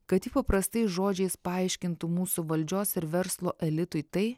kad ji paprastais žodžiais paaiškintų mūsų valdžios ir verslo elitui tai